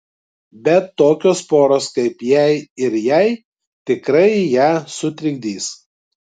bet tokios poros kaip jei ir jai tikrai ją sutrikdys